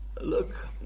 Look